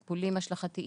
חסרים טיפולים השלכתיים,